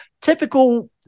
Typical